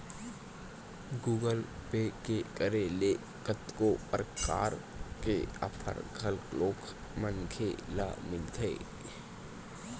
Google Pay के करे ले कतको परकार के आफर घलोक मनखे ल मिलथे